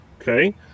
okay